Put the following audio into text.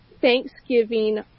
Thanksgiving